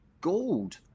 gold